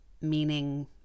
meaning